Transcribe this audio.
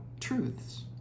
truths